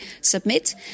submit